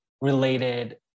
related